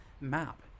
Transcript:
map